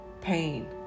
pain